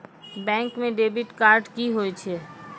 Bank म debit card की होय छै?